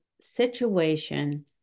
situation